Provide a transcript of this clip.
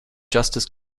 justice